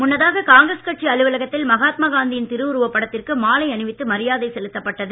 முன்னதாக காங்கிரஸ் கட்சி அலுவலகத்தில் மகாத்மா காந்தியின் திருவுருவப் படத்திற்கு மாலையணிவித்து மரியாதை செலுத்தப்பட்டது